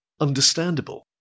understandable